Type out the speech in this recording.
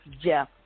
Jeff